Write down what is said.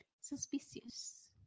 suspicious